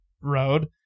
road